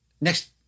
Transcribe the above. next